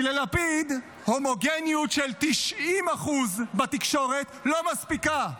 כי ללפיד הומוגניות של 90% בתקשורת לא מספיקה,